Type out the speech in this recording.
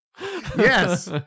Yes